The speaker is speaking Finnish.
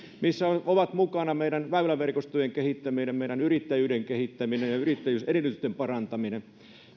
missä ovat mukana meidän väyläverkostojen kehittäminen meidän yrittäjyyden kehittäminen ja yrittäjyysedellytysten parantaminen